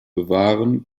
bewahren